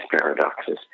paradoxes